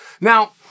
Now